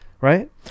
right